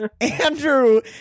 Andrew